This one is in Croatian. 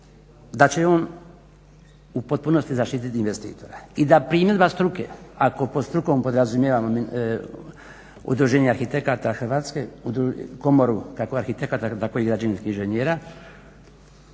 da će on u potpunosti zaštiti investitore i da primjedba struke ako pod strukom podrazumijevamo udruženje arhitekata Hrvatske, komoru kako arhitekata tako i građevinskih inženjera,